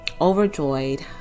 overjoyed